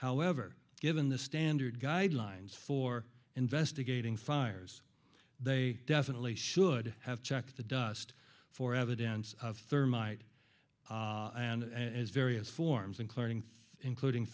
however given the standard guidelines for investigating fires they definitely should have checked the dust for evidence of thermite and as various forms including including